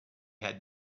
had